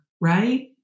right